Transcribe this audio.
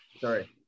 sorry